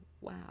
wow